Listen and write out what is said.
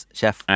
chef